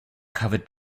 covered